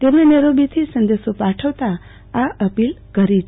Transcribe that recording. તેમણે નેરોબીથી સંદેશો પાઠવતા આ અપીલ કરી છે